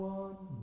one